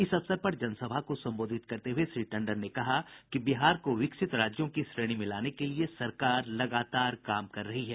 इस अवसर पर जनसभा को संबोधित करते हुए श्री टंडन ने कहा कि बिहार को विकसित राज्यों की श्रेणी में लाने के लिए सरकार लगातार काम कर रही है